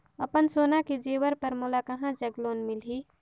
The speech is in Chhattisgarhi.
अपन सोना के जेवर पर मोला कहां जग लोन मिलही?